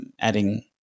adding –